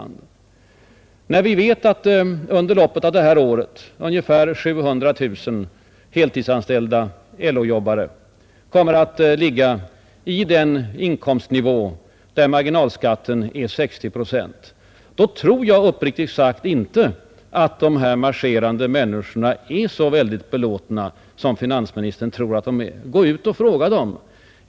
När vi vet att under loppet av detta år ungefär 700 000 helårsanställda LO-jobbare kommer att ligga på en inkomstnivå där marginalskatten är 60 procent, tror jag uppriktigt sagt inte att dessa ”marscherande” människor är så belåtna som finansministern antar. Gå ut och fråga dem!